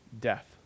death